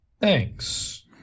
Thanks